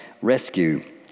rescue